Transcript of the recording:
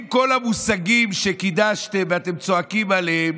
אם כל המושגים שקידשתם ואתם צועקים עליהם